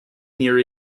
near